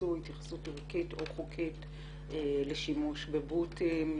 תתייחסו התייחסות ערכית או חוקית לשימוש ב"בוטים",